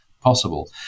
possible